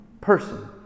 person